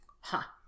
Ha